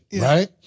right